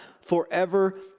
forever